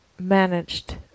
managed